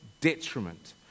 detriment